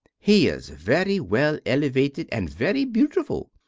he is very well elevated and very beautiful.